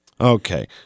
Okay